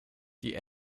die